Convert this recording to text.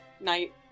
Night